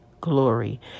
glory